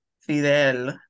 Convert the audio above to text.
Fidel